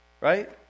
Right